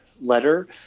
letter